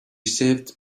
saved